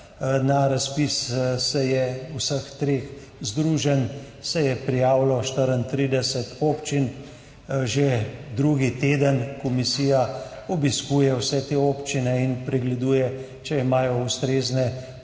Na razpis vseh treh združenj se je prijavilo 34 občin. Že drugi teden komisija obiskuje vse te občine in pregleduje, ali imajo ustrezne prostorske,